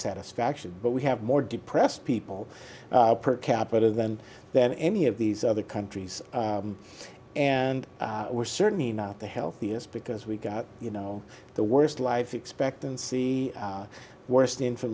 satisfaction but we have more depressed people per capita than than any of these other countries and we're certainly not the healthiest because we've got you know the worst life expectancy worst in